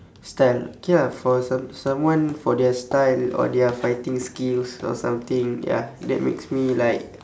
style K ah for some someone for their style or their fighting skills or something ya that makes me like